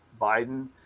Biden